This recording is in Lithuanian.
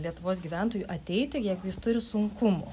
lietuvos gyventojui ateiti jeigu jis turi sunkumų